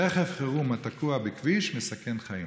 רכב חירום התקוע בכביש מסכן חיים.